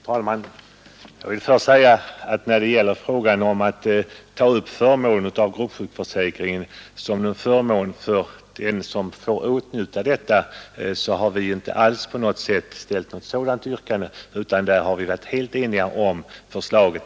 Fru talman! Jag vill först säga att vi inte alls ställt något yrkande beträffande beskattningen av förmånen av fri gruppsjukförsäkring. På den punkten har utskottet enhälligt anslutit sig till propositionens förslag.